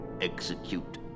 Execute